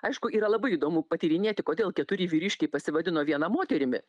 aišku yra labai įdomu patyrinėti kodėl keturi vyriškiai pasivadino viena moterimi